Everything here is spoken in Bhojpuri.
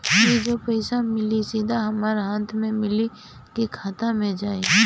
ई जो पइसा मिली सीधा हमरा हाथ में मिली कि खाता में जाई?